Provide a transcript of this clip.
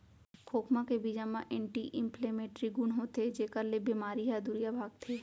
खोखमा के बीजा म एंटी इंफ्लेमेटरी गुन होथे जेकर ले बेमारी ह दुरिहा भागथे